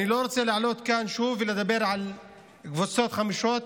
אני לא רוצה לעלות כאן שוב ולדבר על קבוצות חמושות